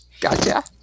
Gotcha